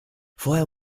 vorher